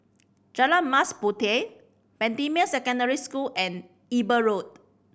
Jalan Mas Puteh Bendemeer Secondary School and Eber Road